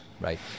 right